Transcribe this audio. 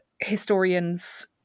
historians